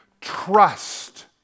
trust